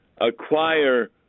Acquire